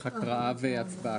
הקראה והצבעה.